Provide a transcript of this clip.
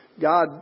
God